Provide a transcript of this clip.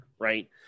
right